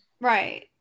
Right